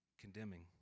condemning